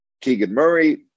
Keegan-Murray